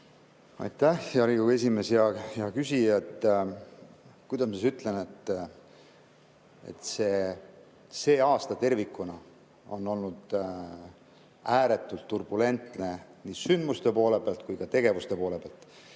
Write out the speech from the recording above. Aitäh, hea Riigikogu esimees! Hea küsija! Kuidas ma ütlen? See aasta on tervikuna olnud ääretult turbulentne nii sündmuste poole pealt kui ka tegevuste poole pealt.